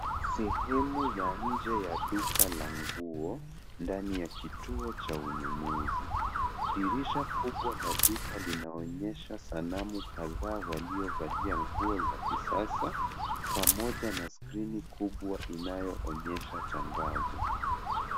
Sehemu ya nje ya duka la nguo ndani ya kituo cha ununuzi. Dirisha kubwa la duka linaonesha sanamu kadhaa waliovalia nguo za kisasa pamoja na skrini kubwa inayoonyesha tangazo.